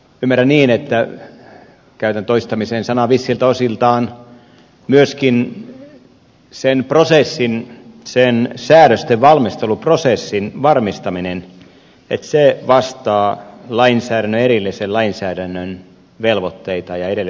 ymmärrän niin käytän toistamiseen sanontaa vissiltä osiltaan että myöskin sen prosessin sen säädösten valmisteluprosessin varmistaminen vastaa erillisen lainsäädännön velvoitteita ja edellytyksiä